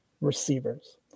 receivers